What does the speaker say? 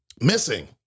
missing